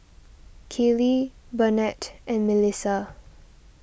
Keely Burnett and Milissa